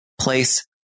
place